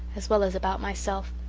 as well as about myself.